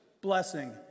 blessing